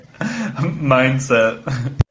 Mindset